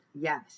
Yes